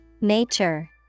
Nature